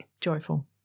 joyful